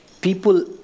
people